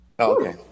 Okay